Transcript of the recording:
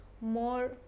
more